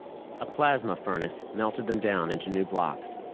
a plasma furnace melted them down into new blocks.